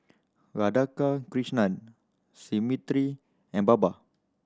Radhakrishnan Smriti and Baba